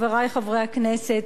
חברי חברי הכנסת,